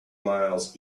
miles